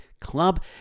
Club